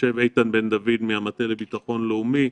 יושב איתן בן דוד מהמטה לביטחון לאומי,